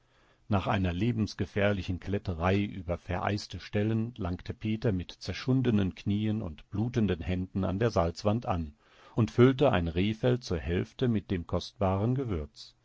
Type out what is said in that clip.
nach einer lebensgefährlichen kletterei über vereiste stellen langte peter mit zerschundenen knien und blutenden händen an der salzwand an und füllte ein rehfell zur hälfte mit dem kostbaren gewürz